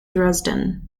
dresden